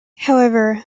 however